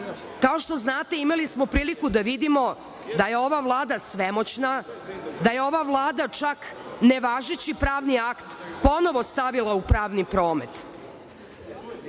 što znate, imali smo priliku da vidimo da je ova Vlada svemoćna, da je ova Vlada čak nevažeći pravni akt ponovo stavila u pravni promet.